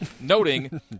noting